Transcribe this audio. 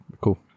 cool